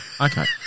Okay